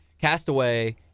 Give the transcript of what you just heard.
Castaway